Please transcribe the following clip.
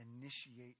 Initiate